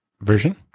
version